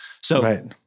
So-